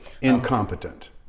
incompetent